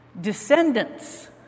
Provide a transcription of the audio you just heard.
Descendants